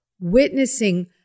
witnessing